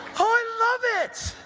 i love it!